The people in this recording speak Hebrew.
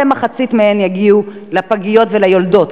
יגיעו לפגיות וליולדות.